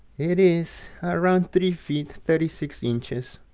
it is around three feet thirty six inches.